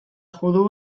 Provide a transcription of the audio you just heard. judu